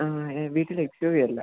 ആ വീട്ടില് X U V അല്ല